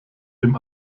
dem